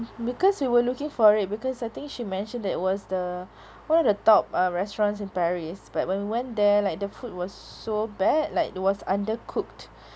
because we were looking for it because I think she mentioned that it was the one of the top uh restaurants in paris but when we went there like the food was so bad like it was undercooked